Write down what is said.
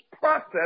process